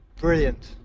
brilliant